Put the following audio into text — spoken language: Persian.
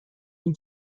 این